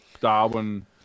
Darwin